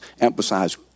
emphasize